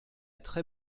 très